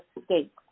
escape